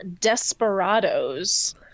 Desperados